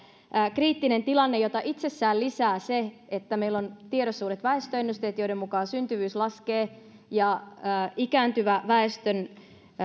kriittinen tilanne jota itsessään lisää se että meillä on tiedossa uudet väestöennusteet joiden mukaan syntyvyys laskee ja ikääntyvän väestön